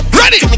ready